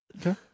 Okay